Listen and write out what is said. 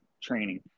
training